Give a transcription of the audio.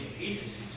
agencies